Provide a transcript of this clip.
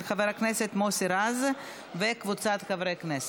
של חבר הכנסת מוסי רז וקבוצת חברי הכנסת.